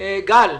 גל,